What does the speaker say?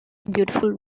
beautiful